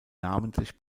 namentlich